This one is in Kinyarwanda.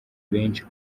benshi